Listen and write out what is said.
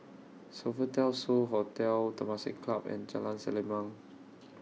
Sofitel So Hotel Temasek Club and Jalan Selimang